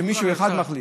שמישהו אחד מחליט.